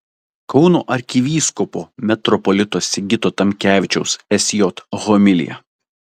kauno arkivyskupo metropolito sigito tamkevičiaus sj homilija